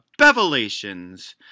Bevelations